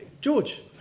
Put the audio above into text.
George